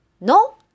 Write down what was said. no